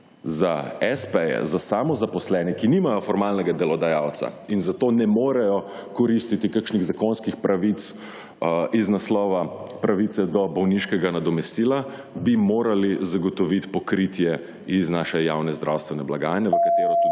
Za s.p.-je, za samozaposlene, ki nimajo formalnega delodajalca in zato ne morejo koristiti kakšnih zakonskih pravic iz naslova pravice do bolniškega nadomestila, bi morali zagotoviti pokritje iz naše javne zdravstvene blagajne, v katero /